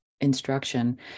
instruction